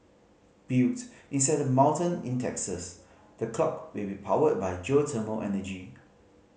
built inside a mountain in Texas the clock will be powered by geothermal energy